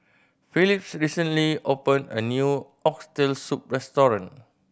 Phillis recently opened a new Oxtail Soup restaurant